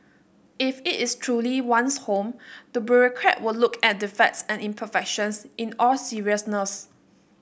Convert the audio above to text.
if it is truly one's home the bureaucrat would look at defects and imperfections in all seriousness